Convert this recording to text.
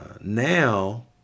now